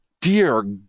dear